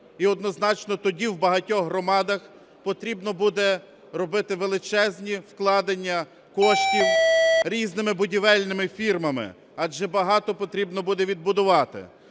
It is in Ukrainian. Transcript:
І однозначно тоді в багатьох громадах потрібно буде робити величезні вкладення коштів різними будівельними фірмами, адже багато потрібно буде відбудувати.